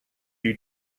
you